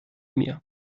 mir